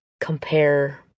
compare